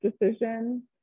decision